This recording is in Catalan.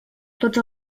tots